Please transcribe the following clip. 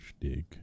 dig